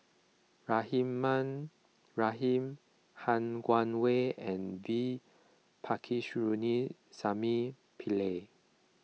Rahimah Rahim Han Guangwei and V Pillai